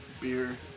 beer